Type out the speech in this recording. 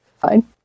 Fine